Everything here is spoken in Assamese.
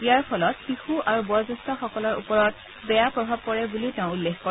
ইয়াৰ ফলত শিশু আৰু বয়োজ্যেষ্ঠসকলৰ ওপৰত বেয়া প্ৰভাৱ পৰে বুলিও তেওঁ উল্লেখ কৰে